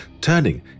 turning